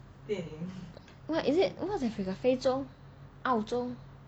what is it with the 非洲澳洲